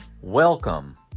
welcome